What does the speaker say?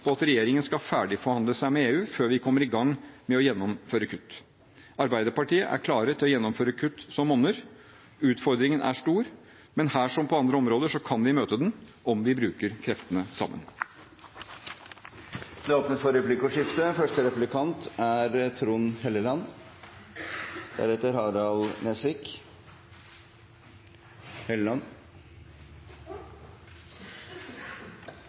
på at regjeringen skal forhandle seg ferdig med EU før vi kommer i gang med å gjennomføre kutt. Arbeiderpartiet er klare til å gjennomføre kutt som monner. Utfordringen er stor, men her som på andre områder kan vi møte den om vi bruker kreftene sammen. Det blir replikkordskifte.